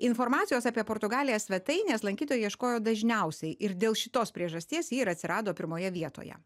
informacijos apie portugaliją svetainės lankytojai ieškojo dažniausiai ir dėl šitos priežasties ji ir atsirado pirmoje vietoje